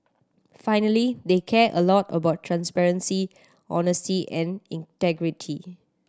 finally they care a lot about transparency honesty and integrity